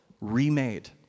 remade